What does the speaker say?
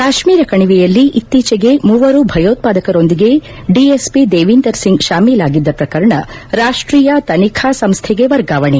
ಕಾಶ್ಮೀರ ಕಣಿವೆಯಲ್ಲಿ ಇತ್ತೀಚೆಗೆ ಮೂವರು ಭಯೋತ್ಪಾದಕರೊಂದಿಗೆ ಡಿಎಸ್ಪಿ ದೇವಿಂದರ್ ಸಿಂಗ್ ಶಾಮೀಲಾಗಿದ್ದ ಪ್ರಕರಣ ರಾಷ್ಟೀಯ ತನಿಖಾ ಸಂಸ್ಥೆಗೆ ವರ್ಗಾವಣೆ